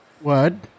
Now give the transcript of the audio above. Word